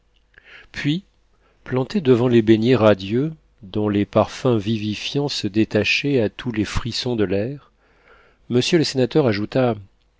puis planté devant l'ébénier radieux dont les parfums vivifiants se détachaient à tous les frissons de l'air m le sénateur ajouta